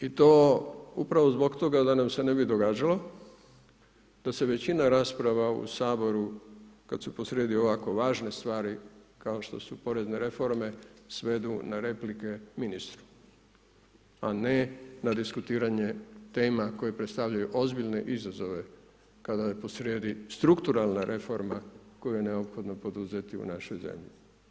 I to upravo zbog toga da nam se ne bi događalo da se većina rasprava u Saboru kada su posrijedi ovako važne stvari, kao što su porezne reforme, svedu na replike ministru, a ne na diskutiranje tema koje predstavljaju ozbiljne izazove kada je po srijedi strukturalna reforma koju je neophodno poduzeti u našoj zemlji.